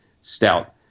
stout